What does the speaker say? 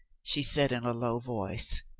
she said in a low voice.